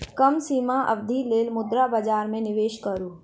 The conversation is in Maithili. कम सीमा अवधिक लेल मुद्रा बजार में निवेश करू